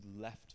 left